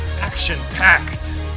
Action-packed